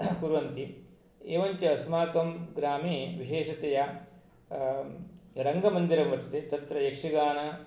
कुर्वन्ति एवञ्च अस्माकं ग्रामे विशेषतया रङ्गमन्दिरं वर्तते तत्र यक्षगानं